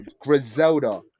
Griselda